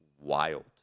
wild